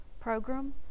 program